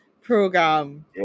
program